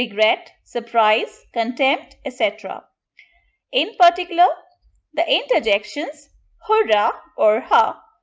regret, surprise, contempt etc in particular the interjections hurrah! or ha!